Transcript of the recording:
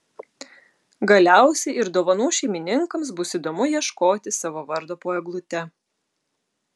galiausiai ir dovanų šeimininkams bus įdomu ieškoti savo vardo po eglute